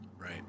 right